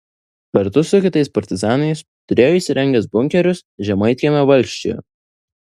kartu su kitais partizanais turėjo įsirengęs bunkerius žemaitkiemio valsčiuje